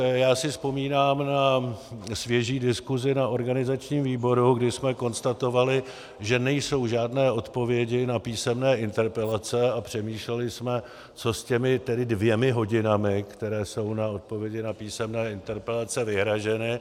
Já si vzpomínám na svěží diskusi na organizačním výboru, kdy jsme konstatovali, že nejsou žádné odpovědi na písemné interpelace, a přemýšleli jsme, co s těmi dvěma hodinami, které jsou na odpovědi na písemné interpelace vyhrazeny.